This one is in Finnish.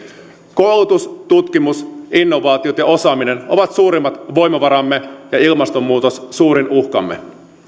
koulutus tutkimus innovaatiot ja osaaminen ovat suurimmat voimavaramme ja ilmastonmuutos suurin uhkamme